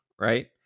right